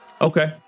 Okay